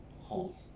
hor